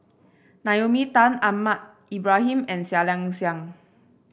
Naomi Tan Ahmad Ibrahim and Seah Liang Seah